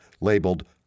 labeled